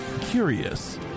curious